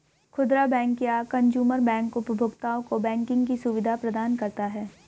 खुदरा बैंक या consumer bank उपभोक्ताओं को बैंकिंग की सुविधा प्रदान करता है